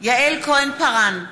יעל כהן-פארן,